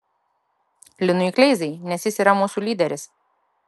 linui kleizai nes jis yra mūsų lyderis